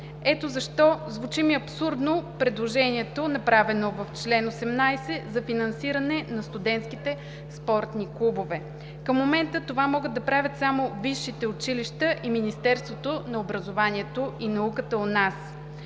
Ето защо, звучи ми абсурдно предложението, направено в чл. 18, за финансиране на студентските спортни клубове. Към момента това могат да правят само висшите училища и Министерството на образованието и науката у нас.